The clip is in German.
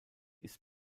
ist